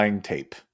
tape